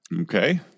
Okay